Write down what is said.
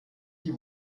die